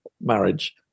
marriage